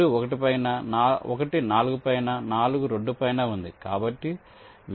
2 1 పైన 1 4 పైన 4 2 పైన ఉంది